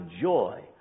joy